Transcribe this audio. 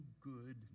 good